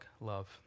love